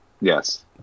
Yes